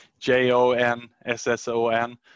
J-O-N-S-S-O-N